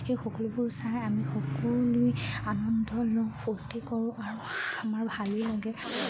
সেই সকলোবোৰ চাই আমি সকলোৱে আনন্দ লওঁ ফূৰ্তি কৰোঁ আৰু আমাৰ ভালেই লাগে